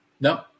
No